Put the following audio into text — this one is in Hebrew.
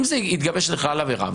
אם זה התגבש לכלל עבירה,